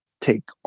take